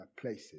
places